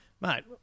mate